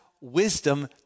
wisdom